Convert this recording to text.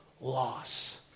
loss